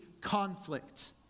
conflict